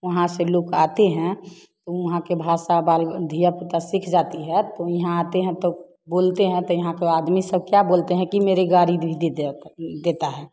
वहाँ से लोग आते हैं वो वहाँ से भाषा बाले धिया पुता सीख जाती है तो यहाँ आते हैं तो बोलते हैं तो यहाँ के आदमी सब क्या बोलते हैं कि मेरे गाड़ी देता है